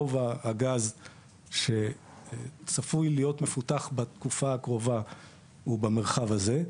רוב הגז שצפוי להיות מפותח בתקופה הקרובה הוא במרחב הזה.